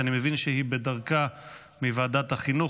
ואני מבין שהיא בדרכה מוועדת החינוך.